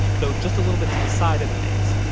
though just a little bit to the side of the maze,